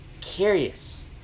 curious